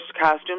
costume